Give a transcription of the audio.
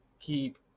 keep